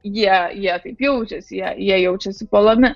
jie jie taip jaučiasi jie jie jaučiasi puolami